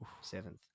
seventh